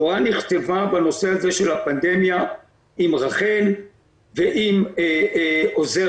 התורה נכתבה בנושא הזה של הפנדמיה עם רח"ל ועם עוזר